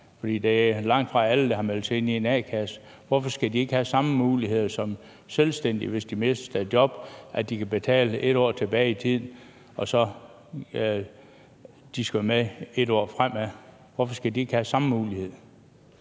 for det er langtfra alle, der har meldt sig ind i en a-kasse. Hvorfor skal de ikke have samme mulighed som selvstændige, hvis de mister deres job, nemlig at de kan betale 1 år tilbage i tiden og så også være med 1 år frem? Hvorfor skal de ikke have den samme mulighed?